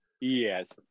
yes